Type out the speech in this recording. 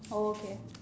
oh okay